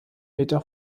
meter